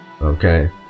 Okay